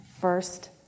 First